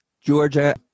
Georgia